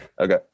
Okay